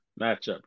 matchup